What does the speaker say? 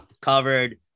covered